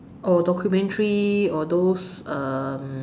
oh documentaries or those um